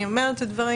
אני אומרת את הדברים